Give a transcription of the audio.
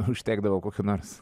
užtekdavo kokio nors